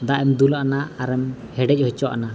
ᱫᱟᱜᱮᱢ ᱫᱩᱞᱟᱜᱼᱟ ᱟᱨᱮᱢ ᱦᱮᱰᱮᱡ ᱦᱚᱪᱚᱣᱟᱜᱼᱟ